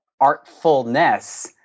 artfulness